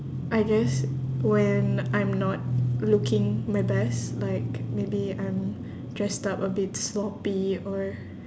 I guess when I'm not looking my best like maybe I'm dressed up a bit sloppy or